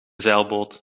zeilboot